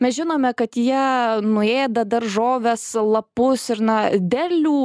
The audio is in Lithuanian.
mes žinome kad jie nuėda daržoves lapus ir na derlių